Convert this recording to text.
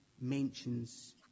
mentions